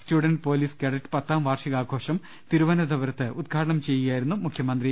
students police cadets പത്താം വാർഷികാഘോഷം തിരുവന ന്തപുരത്ത് ഉദ്ഘാടനം ചെയ്യുകയായിരുന്നു മുഖ്യമന്ത്രി